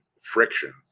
friction